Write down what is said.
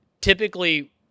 typically